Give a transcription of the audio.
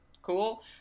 cool